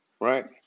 right